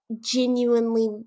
genuinely